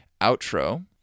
outro